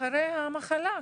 אחרי המחלה.